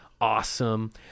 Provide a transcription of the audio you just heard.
awesome